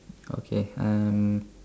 okay uh